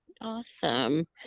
awesome